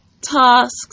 tasks